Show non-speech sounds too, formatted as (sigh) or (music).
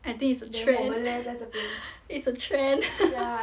I think it's a trend (breath) it's a trend (laughs)